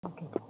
okay